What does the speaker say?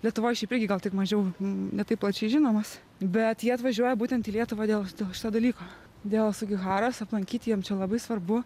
lietuvoj šiaip irgi gal tik mažiau ne taip plačiai žinomas bet jie atvažiuoja būtent į lietuvą dėl šito dalyko dėl sugiharos aplankyti jiem čia labai svarbu